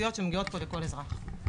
- אני רוצה לברך אותך ולחזק שבעזרת השם תצליחי,